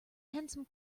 handsome